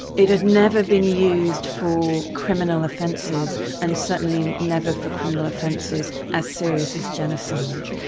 it had never been used for criminal offences, and certainly never for criminal offences as serious as genocide.